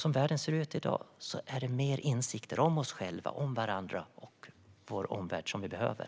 Som världen ser ut i dag är det mer insikter om oss själva, om varandra och vår omvärld vi behöver.